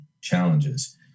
challenges